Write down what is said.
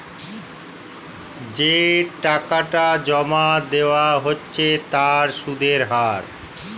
যে টাকাটা জমা দেওয়া হচ্ছে তার সুদের হার